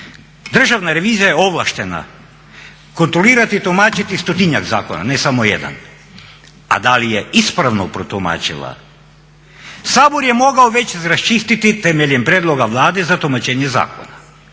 Državna revizija je ovlaštena kontrolirati i tumačiti stotinjak zakona ne samo jedan, a da li je ispravno protumačila. Sabor je mogao već raščistiti temeljem prijedloga Vlade za tumačenje zakona,